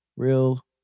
Real